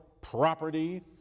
property